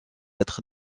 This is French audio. être